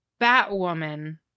Batwoman